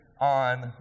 on